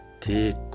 Take